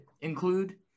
include